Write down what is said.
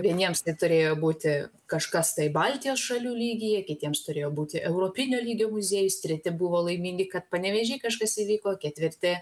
vieniems tai turėjo būti kažkas tai baltijos šalių lygyje kitiems turėjo būti europinio lygio muziejus treti buvo laimingi kad panevėžy kažkas įvyko ketvirti